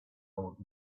old